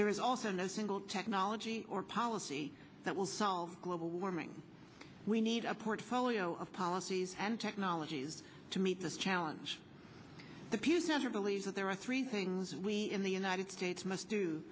there is also no single technology or policy that will solve global warming we need a portfolio of policies and technologies to meet this challenge the pew center believes that there are three things we in the united states must do